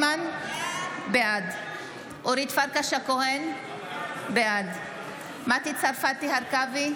בעד אורית פרקש הכהן, בעד מטי צרפתי הרכבי,